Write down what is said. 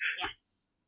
Yes